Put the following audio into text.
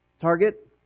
target